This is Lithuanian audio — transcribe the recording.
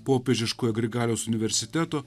popiežiškojo grigaliaus universiteto